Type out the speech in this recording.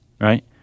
right